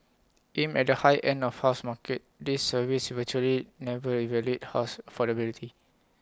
aimed at the high end of housing market these surveys virtually never evaluate house affordability